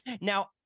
Now